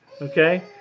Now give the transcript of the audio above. okay